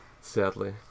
Sadly